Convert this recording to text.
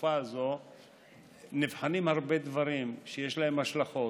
ובתקופה הזאת נבחנים הרבה דברים שיש להם השלכות.